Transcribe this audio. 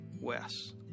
Wes